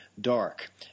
dark